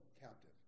captive